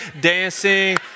dancing